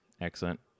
excellent